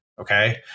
Okay